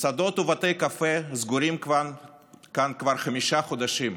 מסעדות ובתי קפה סגורים כבר חמישה חודשים,